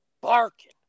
barking